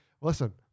listen